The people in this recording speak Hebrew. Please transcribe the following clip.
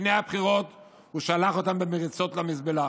לפני הבחירות הוא שלח אותם במריצות למזבלה.